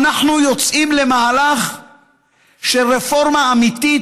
אנחנו יוצאים למהלך של רפורמה אמיתית